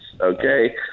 okay